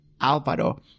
Alvaro